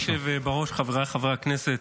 אדוני היושב בראש, חבריי חברי הכנסת,